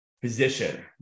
physician